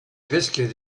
biscuit